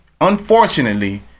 unfortunately